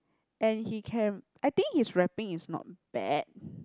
and he can I think his rapping is not bad